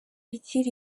igira